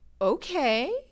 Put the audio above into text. okay